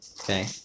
Okay